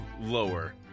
lower